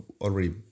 already